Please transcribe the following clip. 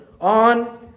On